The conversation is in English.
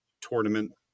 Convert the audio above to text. tournament